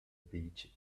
beach